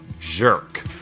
jerk